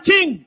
King